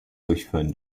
durchführen